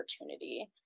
opportunity